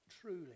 truly